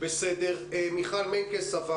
אם מיכל מנקס רוצה